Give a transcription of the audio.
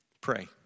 Pray